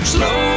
Slow